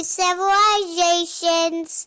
civilizations